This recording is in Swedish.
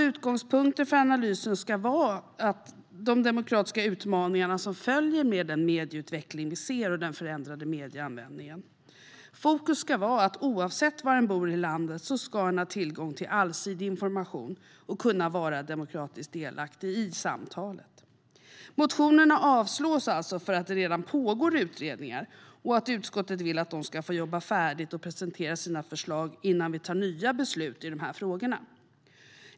Utgångspunkten för analysen ska vara de demokratiska utmaningar som följer med den medieutveckling vi ser och den förändrade medieanvändningen. Fokus ska vara att en ska ha tillgång till allsidig information och kunna vara demokratiskt delaktig i samtalet oavsett var i landet en bor. Motionerna avstyrks alltså för att det redan pågår utredningar och för att utskottet vill att de ska få jobba färdigt och presentera sina förslag innan vi fattar nya beslut i de här frågorna.